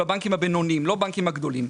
הבנקים הבינוניים ולא הבנקים הגדולים.